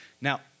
Now